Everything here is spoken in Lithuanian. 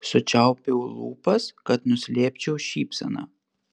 sučiaupiau lūpas kad nuslėpčiau šypseną